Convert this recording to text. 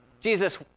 Jesus